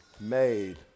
made